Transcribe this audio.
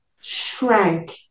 shrank